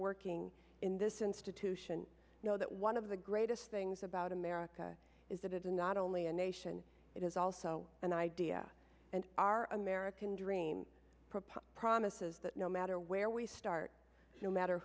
working in this institution know that one of the greatest things about america is that it is not only a nation it is also an idea and our american dream propose promises that no matter where we start no matter